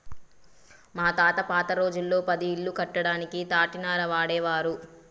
మా తాత పాత రోజుల్లో పది ఇల్లు కట్టడానికి తాటినార వాడేవారు